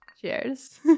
Cheers